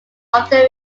often